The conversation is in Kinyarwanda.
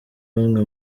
bamwe